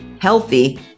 healthy